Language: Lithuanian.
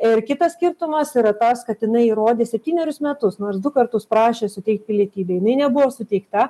ir kitas skirtumas yra tas kad jinai įrodė septynerius metus nors du kartus prašė suteikt pilietybę jinai nebuvo suteikta